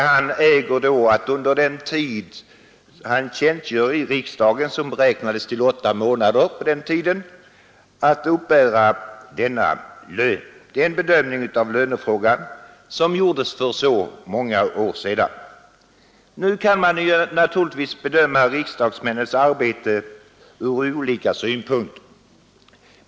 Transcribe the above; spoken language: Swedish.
Han skulle då äga att under den tid han tjänstgör i riksdagen — tiden beräknades till åtta månader — uppbära samma lön som en byråchef. Det är den bedömning av lönefrågan som gjordes för så många år sedan. Man kan naturligtvis bedöma riksdagsmännens arbete från olika synpunkter.